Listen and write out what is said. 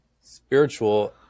spiritual